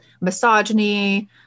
misogyny